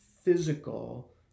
physical